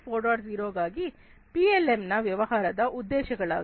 0ಗಾಗಿ ಪಿಎಲ್ಎಂನ ವ್ಯವಹಾರದ ಉದ್ದೇಶಗಳಾಗಿವೆ